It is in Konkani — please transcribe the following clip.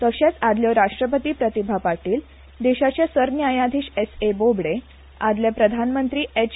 तशेच आदल्यो राष्ट्रपती प्रतिभा पाटील देशाचे सरन्यायाधीश एस ए बोबडे आदले प्रधानमंत्री एच